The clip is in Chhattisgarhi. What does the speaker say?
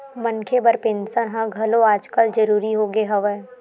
मनखे बर पेंसन ह घलो आजकल जरुरी होगे हवय